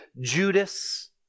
Judas